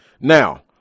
Now